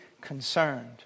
concerned